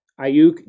Ayuk